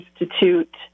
Institute